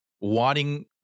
wanting